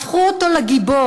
הפכו אותו לגיבור,